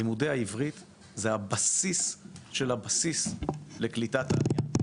לימודי העברית הם הבסיס של הבסיס לקליטת העלייה.